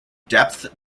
depth